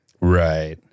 Right